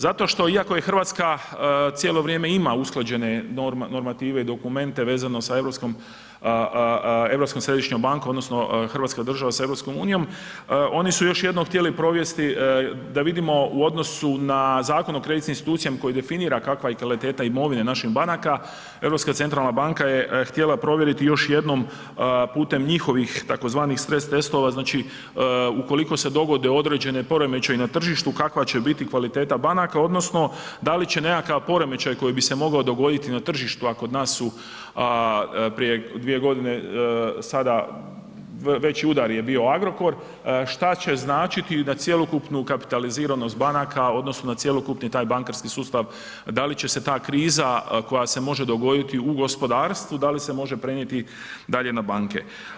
Zato što iako je RH cijelo vrijeme ima usklađene normative i dokumente vezano sa Europskom središnjom bankom odnosno hrvatska država sa EU, oni su još jednom htjeli provesti da vidimo u odnosu na Zakon o kreditnim institucijama koji definira kakva je kvaliteta imovine naših banaka, Europska centralna banka je htjela provjeriti još jednom putem njihovih tzv. stres testova, znači ukoliko se dogode određeni poremećaji na tržištu, kakva će biti kvaliteta banaka odnosno da li će nekakav poremećaj koji bi se mogao dogoditi na tržištu, a kod nas su prije 2.g. sada veći udar je bio Agrokor, šta će značiti na cjelokupnu kapitaliziranost banaka odnosno na cjelokupni taj bankarski sustav, da li će se ta kriza koja se može dogoditi u gospodarstvu, da li se može prenijeti dalje na banke.